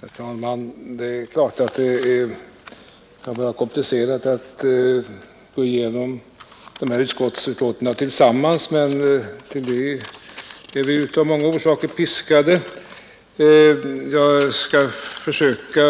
Herr talman! Det är klart att det är komplicerat att gå igenom dessa utskottsbetänkanden tillsammans, men av många orsaker är vi piskade därtill. Jag skall emellertid försöka